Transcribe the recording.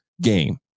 game